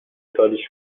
کاریش